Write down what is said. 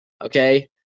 Okay